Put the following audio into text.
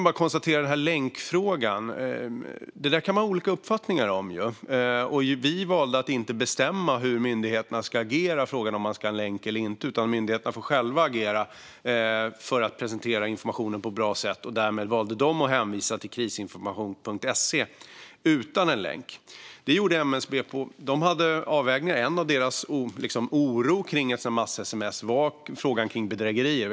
Man kan ha olika uppfattningar om länkfrågan. Vi valde att inte bestämma hur myndigheterna skulle agera i fråga om huruvida man skulle ha en länk eller inte, utan myndigheterna fick själva agera och presentera informationen på ett bra sätt. De valde att hänvisa till Krisinformation.se utan en länk. MSB gjorde avvägningar. En oro kring massutskick gällde frågan om bedrägerier.